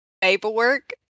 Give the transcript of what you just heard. Paperwork